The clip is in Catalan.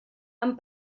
amb